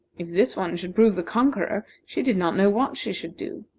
if this one should prove the conqueror, she did not know what she should do.